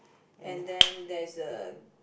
and then there's a